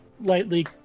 lightly